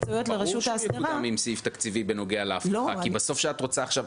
ברור שהוא יקודם עם סעיף תקציבי בנוגע לאבטחה כי בסוף כשאת רוצה עכשיו,